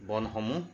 বনসমূহ